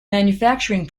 manufacturing